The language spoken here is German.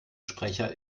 sprecher